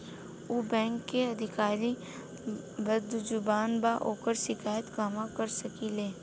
उ बैंक के अधिकारी बद्जुबान बा ओकर शिकायत कहवाँ कर सकी ले